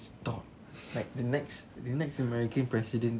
stop like the next the next american president